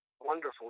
wonderful